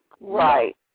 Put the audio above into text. Right